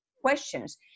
questions